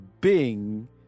Bing